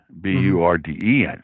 B-U-R-D-E-N